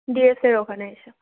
D S এর ওখানে এসে